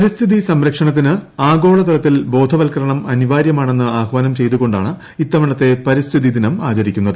പരിപ്രഥിതി സംരക്ഷണത്തിന് ആഗോളതലത്തിൽ ബോധവത്ക്കുത്രണ്ടു അനിവാര്യമാണെന്ന് ആഹ്വാനം ചെയ്തുകൊ ാണ് ഇത്തവ്ണത്തെ പരിസ്ഥിതി ദിനം ആചരിക്കുന്നത്